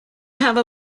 have